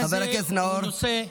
חבר הכנסת נאור,